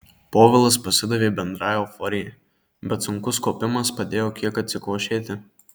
povilas pasidavė bendrai euforijai bet sunkus kopimas padėjo kiek atsikvošėti